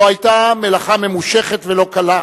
זו היתה מלאכה ממושכת ולא קלה,